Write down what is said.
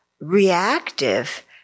reactive